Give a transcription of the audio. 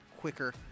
quicker